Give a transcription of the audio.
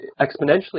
exponentially